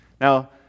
Now